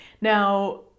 Now